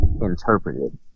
interpreted